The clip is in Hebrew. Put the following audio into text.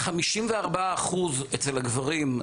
54% אצל הגברים,